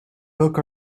book